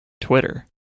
Twitter